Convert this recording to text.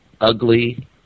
ugly